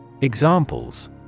Examples